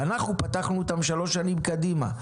אנחנו פתחנו אותם שלוש שנים קדימה,